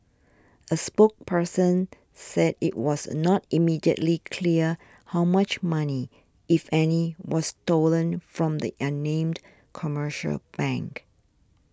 a spokesperson said it was not immediately clear how much money if any was stolen from the unnamed commercial bank